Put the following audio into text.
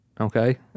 Okay